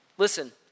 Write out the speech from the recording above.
Listen